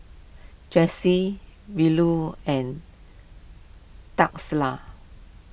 Jessi Verlon and